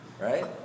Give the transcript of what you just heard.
Right